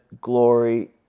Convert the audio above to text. glory